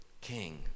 king